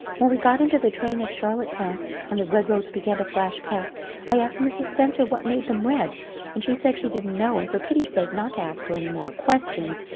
when we got into the train at charlottetown and the red roads began to flash past i asked mrs. spencer what made them red and she said she didn't know and for pity's sake not to ask her any more questions.